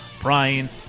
Brian